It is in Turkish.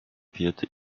fiyatı